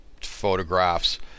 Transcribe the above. photographs